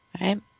Right